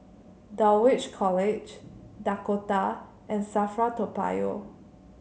Dulwich College Dakota and Safra Toa Payoh